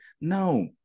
no